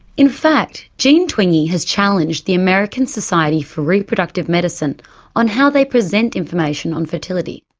in fact, jean twenge has challenged the american society for reproductive medicine on how they present information on fertility.